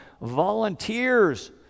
volunteers